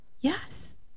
Yes